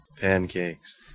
Pancakes